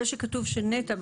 זה שכתוב שנת"ע,